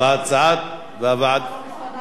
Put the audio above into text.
למה הקול שלי לא נקלט?